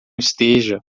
esteja